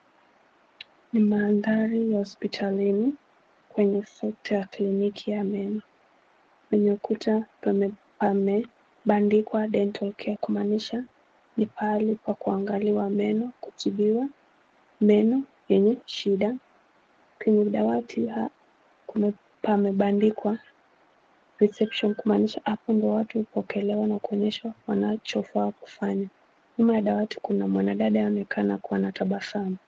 Ni mandhari ya hospotalini kwenye sekta ya kliniki ya meno, kwenye ukuta kumebandikwa dental care kumaanisha ni pahali pa kunagaliwa meno, kutibiwa meno yenye shida, kwenye dawati pia pamebandikwa reception kumaanisha hapo ndio watu hupokelewa na kuonyeshwa pahali wanachofaa kufanya, nyuma ya dwati kuna mwanadada amekaa na kuwa na tabasamu.